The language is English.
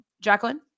Jacqueline